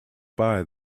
buy